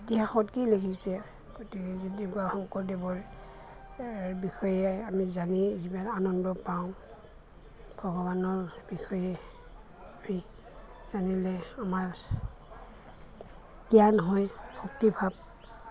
ইতিহাসত কি লিখিছে গতিকে যদি শংকৰদেৱৰ বিষয়ে আমি জানি যিমান আনন্দ পাওঁ ভগৱানৰ বিষয়ে আমি জানিলে আমাৰ জ্ঞান হয় ভক্তিভাৱ